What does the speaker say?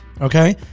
Okay